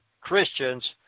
Christians